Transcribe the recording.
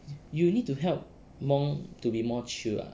you need to help mong to be more chill ah